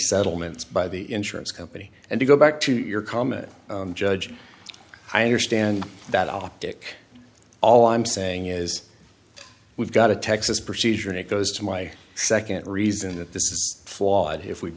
settlements by the insurance company and you go back to your comment judge i understand that optic all i'm saying is we've got a texas procedure and it goes to my second reason that th